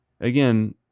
again